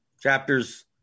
chapters